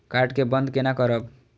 Card के बन्द केना करब?